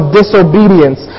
disobedience